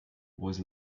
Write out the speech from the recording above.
was